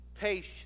patience